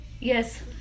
yes